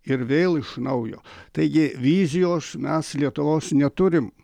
ir vėl iš naujo taigi vizijos mes lietuvos neturim